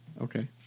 Okay